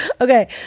okay